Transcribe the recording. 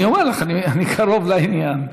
אני אומר לך, אני קרוב לעניין: